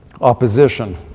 Opposition